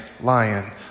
lion